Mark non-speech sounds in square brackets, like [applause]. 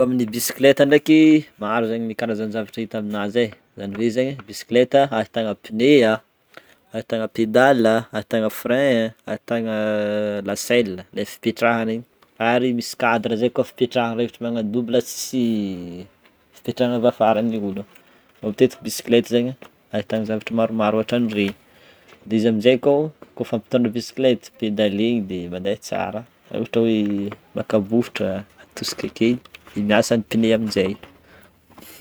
Amin'ny bicyclette ndreky maro zegny ni karazagna zavatra ita aminazy zagny hoe zegny bicyclette ahitana pneus a, ahitana pédales, ahitana frein a, ahitana [hesitation] la selle le fipetrahana igny ary misy cadre ze koa fipetrahana rehefa agnano double sy fipetrahana avy afara ny ôlo, matetiky bicyclette zany ahitana zavatra maromaro hoatrany regny, izy amizegny ko, ko fa mitondra bicyclette pedalegny de mande tsara ohatra hoe maka bofotra atosika kely de miasa n'y pneus amizay.